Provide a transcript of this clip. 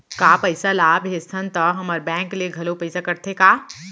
का पइसा ला भेजथन त हमर बैंक ले घलो पइसा कटथे का?